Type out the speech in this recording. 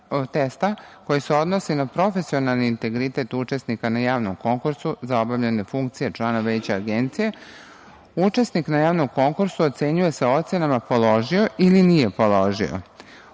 koji se odnosi na profesionalni integritet učesnika na javnom konkursu za obavljanje funkcije člana Veća Agencije, učesnik na javnom konkursu ocenjuje se ocenama „položio“ ili „nije položio“.Učesnik